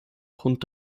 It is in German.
grund